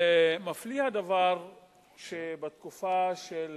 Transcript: מפליא הדבר שבתקופה של